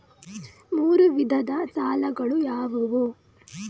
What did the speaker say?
ಮೂರು ವಿಧದ ಸಾಲಗಳು ಯಾವುವು?